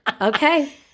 okay